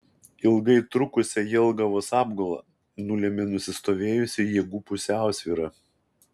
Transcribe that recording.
ilgai trukusią jelgavos apgulą nulėmė nusistovėjusi jėgų pusiausvyra